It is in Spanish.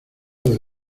del